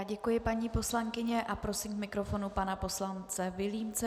Děkuji paní poslankyni a prosím k mikrofonu pana poslance Vilímce.